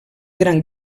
gran